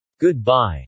Goodbye